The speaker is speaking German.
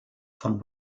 von